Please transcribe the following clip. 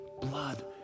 blood